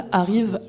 arrive